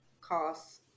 costs